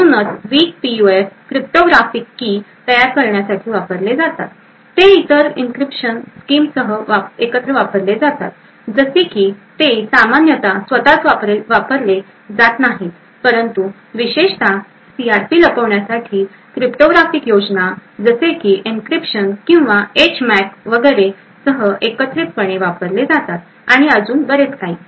म्हणूनच weak PUF cryptographic key तयार करण्यासाठी वापरले जातात ते इतर एन्क्रिप्शन स्कीमसह एकत्र वापरले जातात जसे की ते सामान्यतः स्वतःच वापरले जात नाहीत परंतु विशेषत सीआरपी लपवण्यासाठी क्रिप्टोग्राफिक योजना जसे की एन्क्रिप्शन किंवा एच मॅक वगैरे सह एकत्रितपणे वापरले जातात आणि अजून बरेच काही